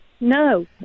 no